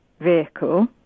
vehicle